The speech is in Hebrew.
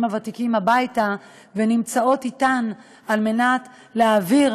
הוותיקים הביתה ונמצאות אתם על מנת להעביר,